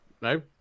no